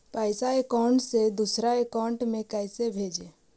पैसा अकाउंट से दूसरा अकाउंट में कैसे भेजे?